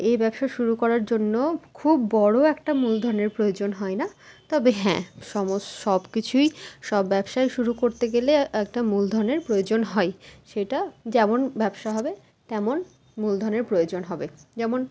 এই ব্যবসা শুরু করার জন্য খুব বড়ো একটা মূলধনের প্রয়োজন হয় না তবে হ্যাঁ সম সব কিছুই সব ব্যবসায় শুরু করতে গেলে একটা মূলধনের প্রয়োজন হয় সেটা যেমন ব্যবসা হবে তেমন মূলধনের প্রয়োজন হবে যেমন